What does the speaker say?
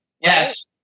Yes